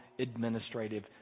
administrative